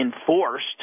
enforced